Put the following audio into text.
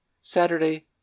Saturday